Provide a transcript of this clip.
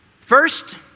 First